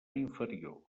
inferior